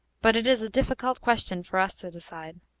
but it is a difficult, question for us to decide.